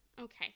Okay